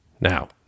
Now